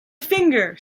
finger